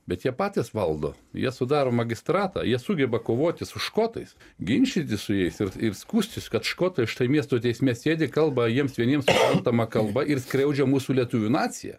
bet jie patys valdo jie sudaro magistratą jie sugeba kovoti su škotais ginčytis su jais ir ir skųstis kad škotai štai miesto teisme sėdi kalba jiems vieniems suprantama kalba ir skriaudžia mūsų lietuvių naciją